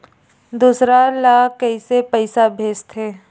दूसरा ला कइसे पईसा भेजथे?